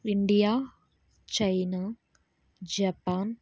India China Japan